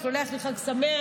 הוא שולח לי "חג שמח",